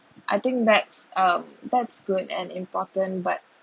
I think that's um that's good and important but